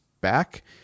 back